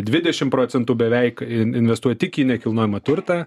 dvidešim procentų beveik in investuoja tik į nekilnojamą turtą